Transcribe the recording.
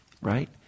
right